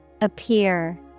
Appear